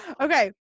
okay